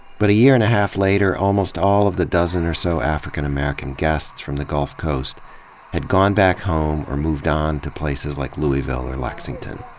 but a year and a half later, almost all of the dozen or so african american guests from the gulf coast had gone back home or moved on to places like louisville or lexington.